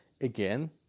again